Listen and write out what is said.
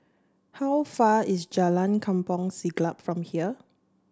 how far away is Jalan Kampong Siglap from here